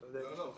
לא.